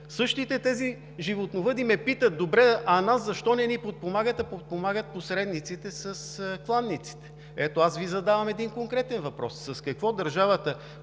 Същите тези животновъди ме питат: „Добре, а нас защо не ни подпомагат, а подпомагат посредниците с кланиците?“ Ето, аз Ви задавам един конкретен въпрос: с какво държавата